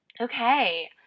Okay